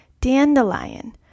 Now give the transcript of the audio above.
Dandelion